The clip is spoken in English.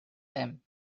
them